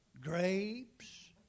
grapes